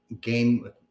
game